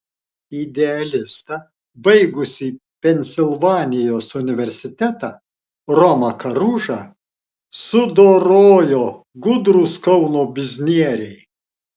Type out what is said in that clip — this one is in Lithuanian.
idealistą baigusį pensilvanijos universitetą romą karužą sudorojo gudrūs kauno biznieriai